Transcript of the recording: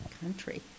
country